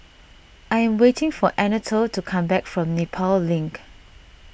I am waiting for Anatole to come back from Nepal Link